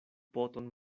poton